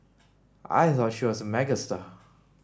I thought she was a megastar